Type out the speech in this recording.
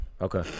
Okay